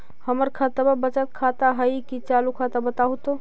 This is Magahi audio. हमर खतबा बचत खाता हइ कि चालु खाता, बताहु तो?